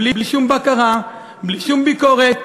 בלי שום בקרה, בלי שום ביקורת.